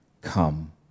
come